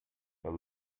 the